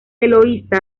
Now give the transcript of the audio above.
eloísa